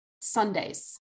Sundays